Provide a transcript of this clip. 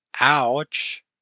Ouch